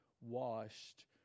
washed